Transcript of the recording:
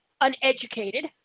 uneducated